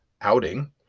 outing